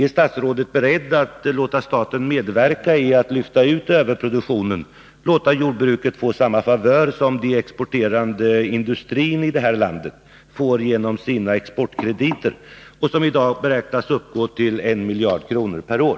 Är statsrådet beredd att låta staten medverka till att lyfta ut överproduktionen och låta jordbruket få samma favör som den exporterande industrin i det här landet får genom sina exportkrediter, som i dag beräknas uppgå till 1 miljard kronor per år?